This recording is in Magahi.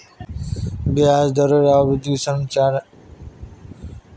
ब्याज दरेर अवधि संरचनार बारे तुइ की जान छि